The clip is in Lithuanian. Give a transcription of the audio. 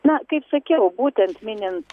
na kaip sakiau būtent minint